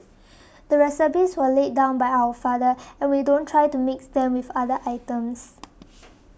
the recipes were laid down by our father and we don't try to mix them with other items